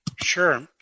Sure